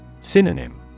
Synonym